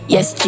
Yes